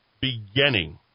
beginning